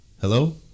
Hello